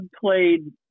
played